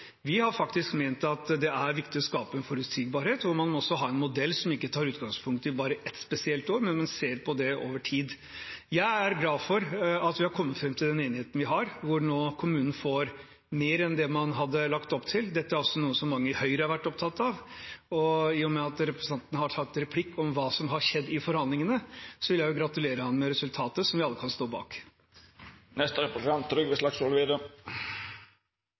Vi har ment at det er viktig å skape forutsigbarhet, og man må også ha en modell som ikke tar utgangspunkt i bare ett spesielt år, men ser på det over tid. Jeg er glad for at vi har kommet fram til den enigheten vi har, hvor kommunene nå får mer enn det man hadde lagt opp til. Dette er også noe mange i Høyre har vært opptatt av, og i og med at representanten har tatt replikk om hva som har skjedd i forhandlingene, vil jeg gratulere ham med resultatet, som vi alle kan stå